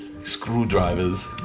Screwdrivers